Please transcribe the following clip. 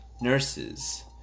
nurses